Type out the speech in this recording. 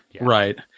Right